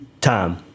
time